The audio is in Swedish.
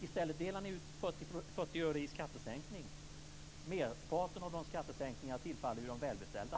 I stället delar ni ut 40 öre i skattesänkning. Merparten av dessa skattesänkningar tillfaller ju de välbeställda.